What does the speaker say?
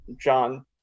John